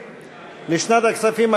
הכנסת,